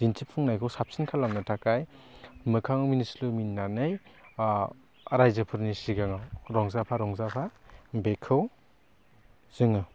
दिन्थिफुंनायखौ साबसिन खालामनो थाखाय मोखां मिनिस्लु मिनिनानै रायजोफोरनि सिगाङाव रंजाफा रंजाफा बेखौ जोङो